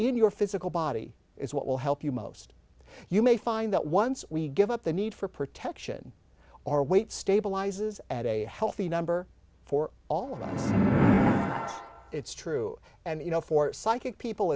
in your physical body is what will help you most you may find that once we give up the need for protection or weight stabilizes at a healthy number for all of us it's true and you know for psychic people